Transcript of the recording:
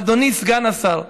אדוני סגן השר,